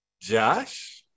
josh